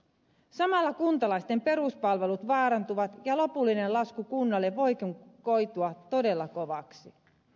samalla kuntalaisten peruspalvelut vaarantuvat ja lopullinen lasku kunnalle voikin koitua todella kovaksi